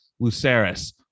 Luceris